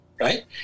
right